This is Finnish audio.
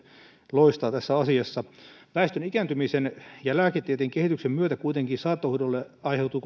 loistaa tässä asiassa väestön ikääntymisen ja lääketieteen kehityksen myötä saattohoidolle kuitenkin aiheutuu